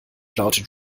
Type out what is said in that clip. lautet